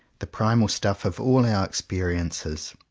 the primal stuff of all our experiences.